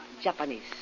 Japanese